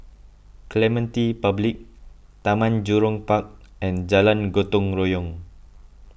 Clementi Public Taman Jurong Park and Jalan Gotong Royong